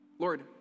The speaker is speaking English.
Lord